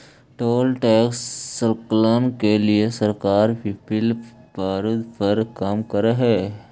toll tax संकलन के लिए सरकार पीपीपी प्रारूप पर काम करऽ हई